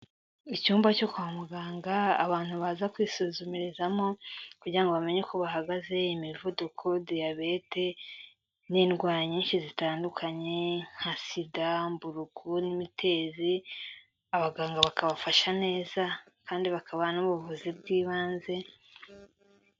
Icyumba cyo kwa muganga abantu baza kwisuzumirizamo kugira ngo bamenye uko bahagaze Imivuduko, Diyabete n'indwara nyinshi zitandukanye nka SIDA, Mburugu, n'Imitezi, abaganga bakabafasha neza kandi bakabaha n'ubuvuzi bw'ibanze.